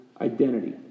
identity